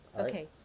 Okay